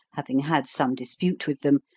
having had some dispute with them,